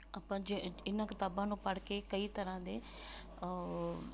ਆਪਾਂ ਜ ਇਹਨਾਂ ਕਿਤਾਬਾਂ ਨੂੰ ਪੜ੍ਹ ਕੇ ਕਈ ਤਰ੍ਹਾਂ ਦੇ